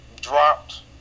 dropped